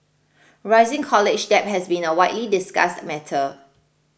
rising college debt has been a widely discussed matter